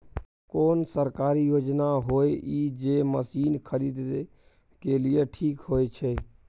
कोन सरकारी योजना होय इ जे मसीन खरीदे के लिए ठीक होय छै?